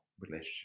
relationship